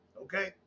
okay